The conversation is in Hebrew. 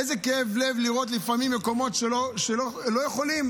איזה כאב לב לראות לפעמים, במקומות שלא יכולים.